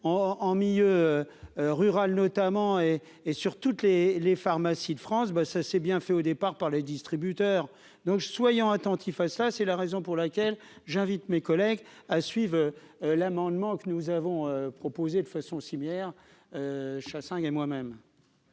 en milieu rural notamment et et sur toutes les les pharmacies de France, ben ça c'est bien fait au départ par les distributeurs, donc soyons attentifs à cela, c'est la raison pour laquelle j'invite mes collègues ah suivent l'amendement que nous avons proposé de façon similaire Chassaing et moi-même.